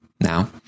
now